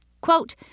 Quote